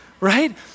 Right